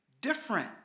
different